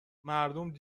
مردم